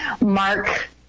Mark